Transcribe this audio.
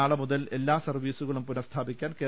നാളെ മുതൽ എല്ലാ സർവീസുകളും പുന സ്ഥാപിക്കാൻ കെ